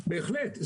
בהחלט,